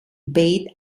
beit